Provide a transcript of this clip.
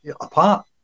apart